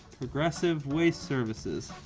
progressive waste services.